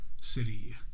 city